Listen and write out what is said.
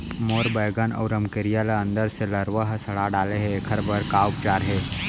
मोर बैगन अऊ रमकेरिया ल अंदर से लरवा ह सड़ा डाले हे, एखर बर का उपचार हे?